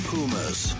Pumas